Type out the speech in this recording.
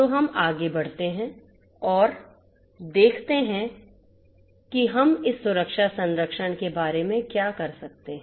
तो हम आगे बढ़ते हैं और देखते हैं कि हम इस सुरक्षा संरक्षण के बारे में क्या कर सकते हैं